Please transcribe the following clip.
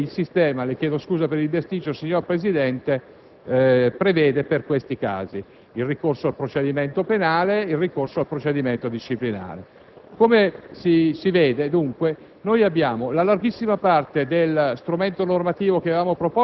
e precipita nelle patologie, allora saranno risolti attraverso i sistemi che il sistema - le chiedo scusa per il bisticcio, signor Presidente - prevede per questi casi: il ricorso al procedimento penale e il ricorso al procedimento disciplinare.